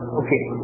okay